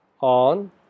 on